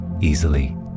easily